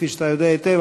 כפי שאתה יודע היטב,